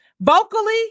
Vocally